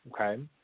okay